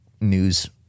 news